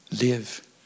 live